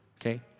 okay